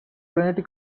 trinity